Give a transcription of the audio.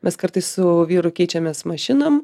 mes kartais su vyru keičiamės mašinom